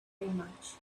much